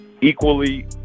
equally